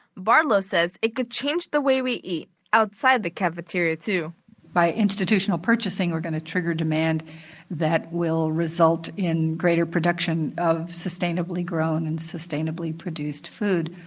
barlow says it could change the way we eat outside the cafeteria, too by institutional purchasing, we're going to trigger demand that will result in greater production of sustainably grown and sustainably produced food,